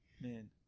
Man